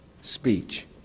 speech